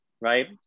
right